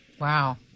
Wow